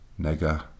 nega